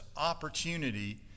opportunity